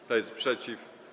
Kto jest przeciw?